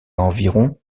environ